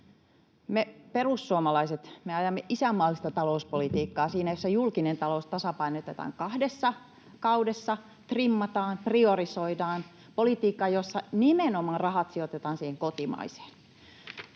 Me perussuomalaiset ajamme isänmaallista talouspolitiikkaa, jossa julkinen talous tasapainotetaan kahdessa kaudessa, trimmataan, priorisoidaan, politiikkaa, jossa rahat sijoitetaan nimenomaan